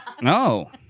No